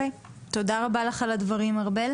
תודה רבה לך על הדברים, ארבל.